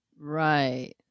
Right